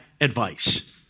advice